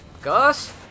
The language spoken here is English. Gus